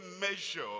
measure